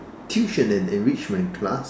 tuition and enrichment class